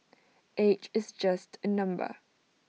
age is just A number